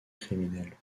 criminels